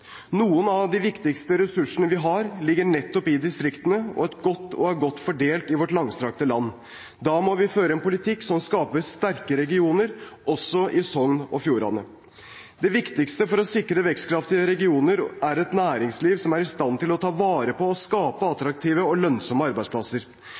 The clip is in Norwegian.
Noen av de viktigste ressursene vi har, ligger nettopp i distriktene og er godt fordelt i vårt langstrakte land. Da må vi føre en politikk som skaper sterke regioner – også i Sogn og Fjordane. Det viktigste for å sikre vekstkraftige regioner er et næringsliv som er i stand til å ta vare på og skape attraktive og lønnsomme arbeidsplasser.